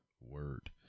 Word